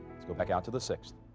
let's go back out to the sixth.